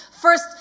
first